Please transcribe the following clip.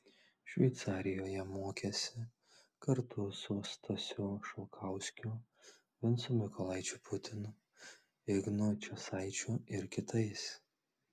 šveicarijoje mokėsi kartu su stasiu šalkauskiu vincu mykolaičiu putinu ignu česaičiu ir kitais